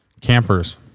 campers